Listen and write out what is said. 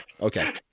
Okay